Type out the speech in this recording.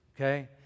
okay